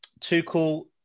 Tuchel